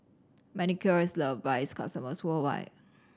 Manicare is love by its customers worldwide